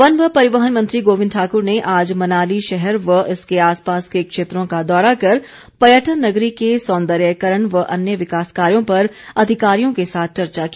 गोविंद सिंह वन व परिवहन मंत्री गोविंद ठाकुर ने आज मनाली शहर व इसके आसपास के क्षेत्रों का दौरा कर पर्यटन नगरी के सौंदर्यकरण व अन्य विकास कार्यों पर अधिकारियों के साथ चर्चा की